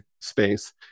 space